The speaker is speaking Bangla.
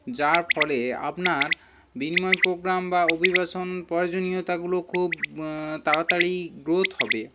যার ফলে আপনার বিনিময় প্রোগ্রাম বা অভিবাসন প্রয়োজনীয়তাগুলো খুব তাড়াতাড়ি গ্রোথ হবে